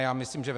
Já myslím, že ve